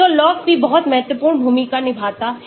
तो log p बहुत महत्वपूर्ण भूमिका निभाता है